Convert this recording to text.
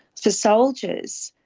for soldiers,